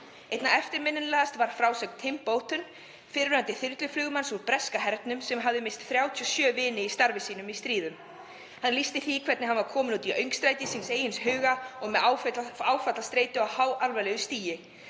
Einna eftirminnilegust var frásögn Tims Boughtons, fyrrverandi þyrluflugmanns í breska hernum, sem hafði misst 37 vini í starfi sínu í stríðum. Hann lýsti því hvernig hann var kominn út í öngstræti eigin hugar og með áfallastreitu á háalvarlegu stigi.